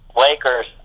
Lakers